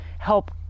help